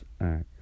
acts